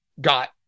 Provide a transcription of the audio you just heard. got